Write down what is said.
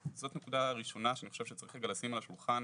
זאת נקודה ראשונה שאני חושב שצריך לשים על השולחן.